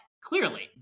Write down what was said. clearly